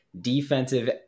defensive